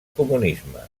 comunisme